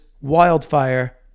wildfire